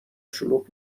شلوغ